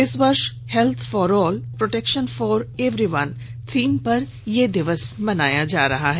इस वर्ष health for all protection for every one theme पर यह दिवस मनाया जा रहा है